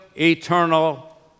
eternal